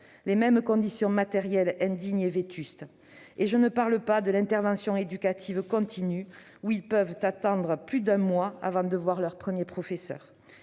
les mêmes conditions matérielles indignes et vétustes. Et que dire de l'intervention éducative continue quand les mineurs peuvent attendre plus d'un mois avant de voir un premier professeur